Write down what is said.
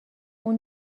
اون